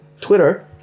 Twitter